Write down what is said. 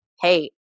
hey